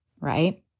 right